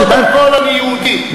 קודם כול אני יהודי,